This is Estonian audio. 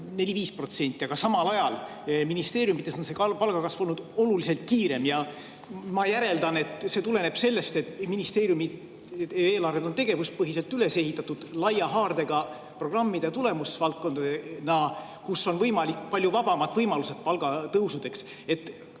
4–5%, aga samal ajal on ministeeriumides olnud palgakasv oluliselt kiirem. Ma järeldan, et see tuleneb sellest, et ministeeriumi eelarved on tegevuspõhiselt üles ehitatud, laia haardega programmide ja tulemusvaldkondadena. [Sellise eelarve puhul] on palju vabamad võimalused palgatõusudeks. Ma